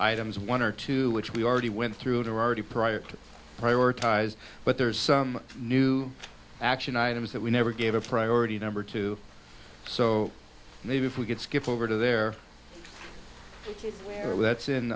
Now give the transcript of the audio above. items one or two which we already went through it already prior to prioritize but there's some new action items that we never gave a priority number to so maybe if we could skip over to there are that's in